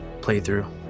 playthrough